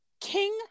King